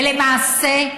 למעשה,